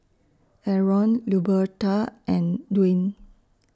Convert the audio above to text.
Arron Luberta and Dwaine